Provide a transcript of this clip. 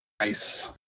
nice